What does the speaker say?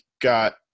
got